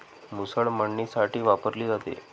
मुसळ मळणीसाठी वापरली जाते